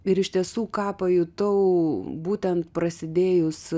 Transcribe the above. ir iš tiesų ką pajutau būtent prasidėjus